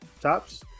tops